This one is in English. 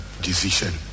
decision